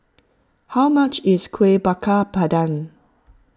how much is Kuih Bakar Pandan